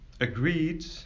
Agreed